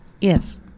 Yes